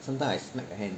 sometimes I smack the hand